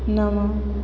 नव